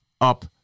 up